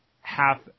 half